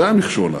זה המכשול האמיתי.